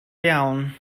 iawn